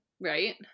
right